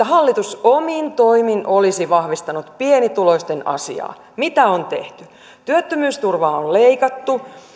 hallitus omin toimin olisi vahvistanut pienituloisten asiaa mitä on tehty työttömyysturvaa on leikattu